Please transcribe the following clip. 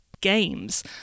games